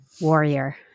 warrior